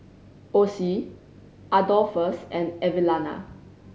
Ossie Adolphus and Evelena